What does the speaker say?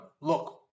look